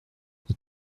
the